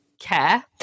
care